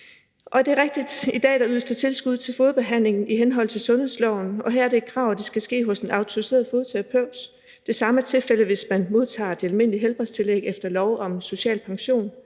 Og det er rigtigt, at der i dag ydes tilskud til fodbehandling i henhold til sundhedsloven, og her er det et krav, at det skal ske hos en autoriseret fodterapeut. Det samme er tilfældet, hvis man modtager det almindelige helbredstillæg efter lov om social pension.